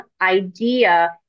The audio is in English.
idea